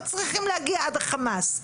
לא צריכים להגיע על החמאס.